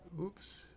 Oops